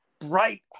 bright